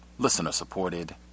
listener-supported